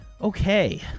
Okay